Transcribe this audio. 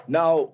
now